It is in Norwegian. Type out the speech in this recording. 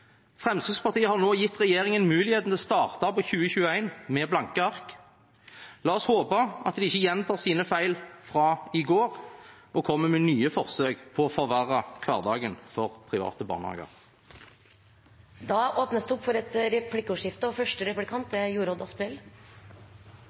Fremskrittspartiet har nå gitt regjeringen muligheten til å starte på 2021 med blanke ark. La oss håpe at de ikke gjentar sine feil fra i går og kommer med nye forsøk på å forverre hverdagen for private barnehager. Det blir replikkordskifte. Høyere yrkesfaglig utdanning er viktig for